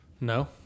No